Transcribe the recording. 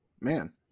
Man